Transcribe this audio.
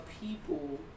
people